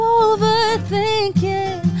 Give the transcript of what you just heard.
overthinking